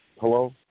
Hello